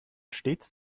stets